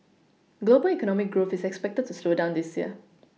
global economic growth is expected to slow down this year